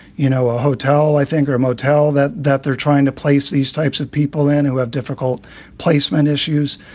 you know, a hotel, i think, or a motel that that they're trying to place these types of people in who have difficult placement issues.